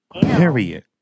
Period